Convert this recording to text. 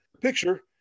picture